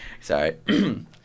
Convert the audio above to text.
Sorry